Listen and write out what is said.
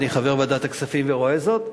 ואני חבר ועדת הכספים ורואה זאת,